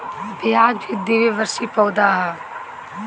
प्याज भी द्विवर्षी पौधा हअ